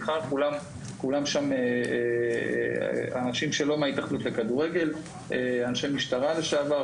כולם שם אנשים שלא מהתאחדות לכדורגל: אנשי משטרה לשעבר,